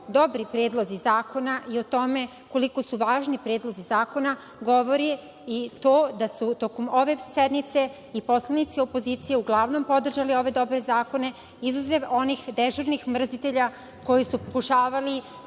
dobri predlozi zakona i o tome koliko su važni predlozi zakona govori i to da su tokom ove sednice i poslanici opozicije uglavnom podržali ove dobre zakone, izuzev onih dežurnih mrzitelja koji su pokušavali